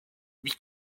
lui